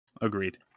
Agreed